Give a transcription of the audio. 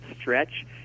stretch